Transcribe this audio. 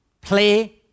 play